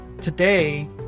today